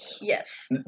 Yes